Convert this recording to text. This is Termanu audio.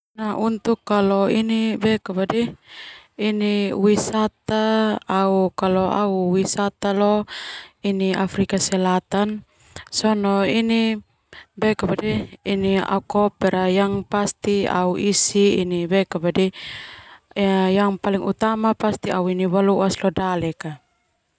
Kalau au wisata leo Afrika Selatan au koper au isi yang utama au neni baloas leo dalek.